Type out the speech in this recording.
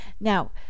Now